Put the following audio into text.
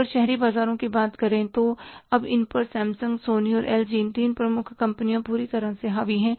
अगर शहरी बाजारों की बात करें तो अब इन पर सैमसंग सोनी और एलजी इन 3 प्रमुख कंपनियों पूरी तरह से हावी हैं